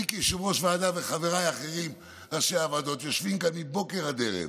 אני כיושב-ראש ועדה וחבריי האחרים ראשי הוועדות יושבים כאן מבוקר עד ערב